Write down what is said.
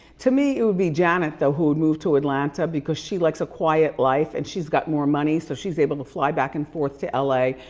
to me it would be janet though who would move to atlanta because she likes a quiet life and she's got more money so she's able to fly back and forth to l a.